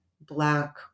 Black